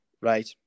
Right